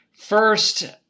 First